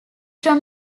from